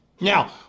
Now